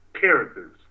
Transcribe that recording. characters